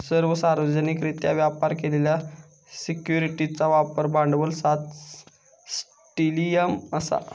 सर्व सार्वजनिकरित्या व्यापार केलेल्या सिक्युरिटीजचा बाजार भांडवल सात ट्रिलियन असा